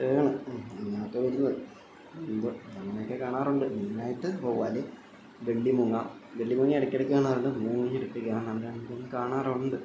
താണ് അങ്ങനെയൊക്കെ വരുന്നത് എന്തോ അങ്ങനെയൊക്കെ കാണാറുണ്ട് മെയിനായിട്ട് വവ്വാൽ വെള്ളി മൂങ്ങ വെള്ളി മൂങ്ങ ഇടക്കിടക്ക് കാണാറുണ്ട് പിന്നെ മൂങ്ങയേ ഇരുട്ടി കാണാറുണ്ട് അങ്ങനെയൊക്കെ കാണാറുണ്ട്